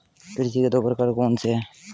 कृषि के दो प्रकार कौन से हैं?